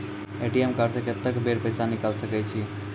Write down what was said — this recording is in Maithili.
ए.टी.एम कार्ड से कत्तेक बेर पैसा निकाल सके छी?